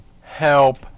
Help